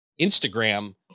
Instagram